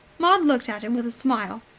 maud looked at him with a smile.